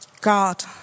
God